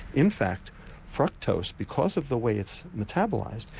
in fact fructose, because of the way it's metabolised,